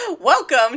welcome